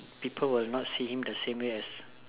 people will not see him the same way as